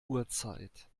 uhrzeit